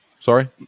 Sorry